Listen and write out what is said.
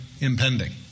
impending